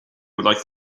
like